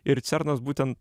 ir cernas būtent